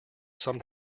some